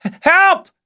help